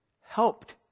helped